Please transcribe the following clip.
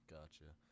Gotcha